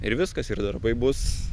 ir viskas ir darbai bus